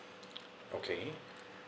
okay